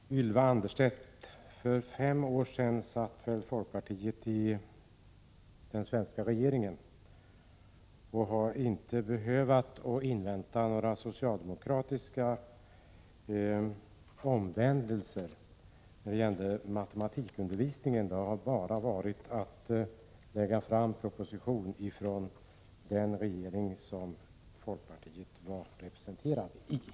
Herr talman! Till Ylva Annerstedt vill jag säga att för fem år sedan satt väl folkpartiet i den svenska regeringen och hade inte behövt invänta några socialdemokratiska omvändelser när det gällde matematikundervisningen. Det hade bara varit att lägga fram proposition från den regering som folkpartiet var representerat i.